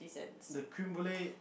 the creme brulee